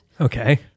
Okay